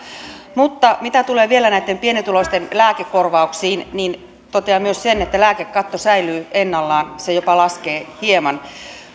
mutta mitä tulee vielä näitten pienituloisten lääkekorvauksiin niin totean myös sen että lääkekatto säilyy ennallaan se jopa laskee hieman